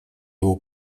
его